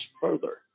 further